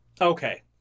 Okay